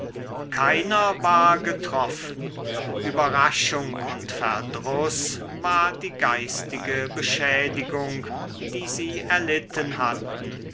keiner war getroffen überraschung und verdruß war die geistige beschädigung die sie erlitten hatten